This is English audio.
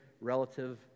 Relative